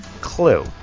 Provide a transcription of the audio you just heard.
clue